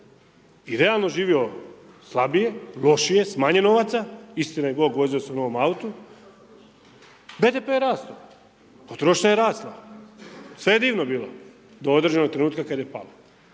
i realno živio slabije, lošije, s manje novaca, istina i bog vozio se u novom autu. BDP je rasto, potrošnja je rasla, sve je divno bilo do određenog trenutka kad je palo.